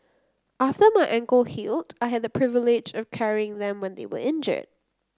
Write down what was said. after my ankle healed I had the privilege of carrying them when they were injured